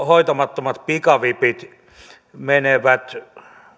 hoitamattomat pikavipit menevät